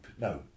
No